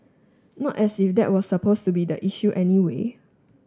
not as if that was supposed to be the issue anyway